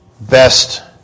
best